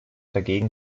dagegen